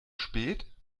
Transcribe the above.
spät